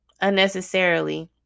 unnecessarily